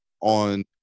on